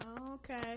Okay